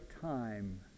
time